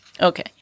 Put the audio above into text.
okay